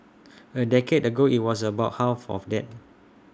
A decade ago IT was about half of that